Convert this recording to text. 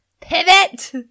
pivot